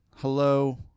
Hello